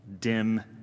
dim